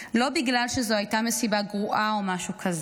לא בגלל שזו הייתה מסיבה גרועה או משהו כזה,